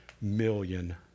million